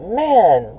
man